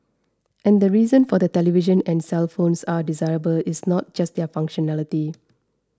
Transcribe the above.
and the reason for the televisions and cellphones are desirable is not just their functionality